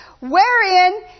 wherein